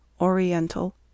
Oriental